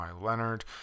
Leonard